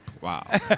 Wow